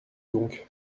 donc